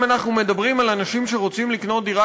אם אנחנו מדברים על אנשים שרוצים לקנות דירה